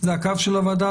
זה הקו של הוועדה,